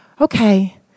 okay